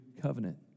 covenant